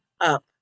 up